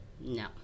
no